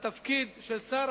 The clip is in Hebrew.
לתפקיד של שר,